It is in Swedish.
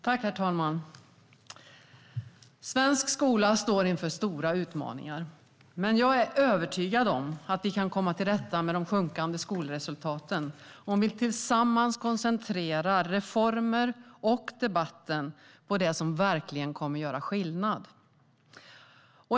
Herr talman! Svensk skola står inför stora utmaningar, men jag är övertygad om att vi kan komma till rätta med de sjunkande skolresultaten om vi tillsammans koncentrerar reformer och debatten på det som verkligen kommer att göra skillnad.